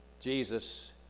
Jesus